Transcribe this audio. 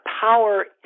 power